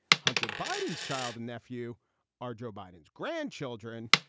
hunter biden's child and nephew are joe biden's grandchildren,